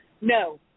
No